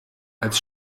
als